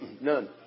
None